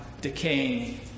decaying